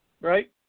right